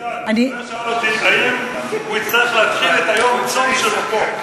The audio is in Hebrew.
זוהיר שאל אותי האם הוא יצטרך להתחיל את יום הצום שלו פה,